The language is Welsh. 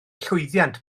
llwyddiant